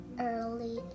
early